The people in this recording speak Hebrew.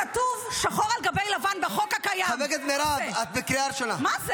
כתוב שחור על גבי לבן בחוק הקיים --- איבדת שליטה.